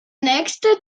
nächste